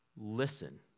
listen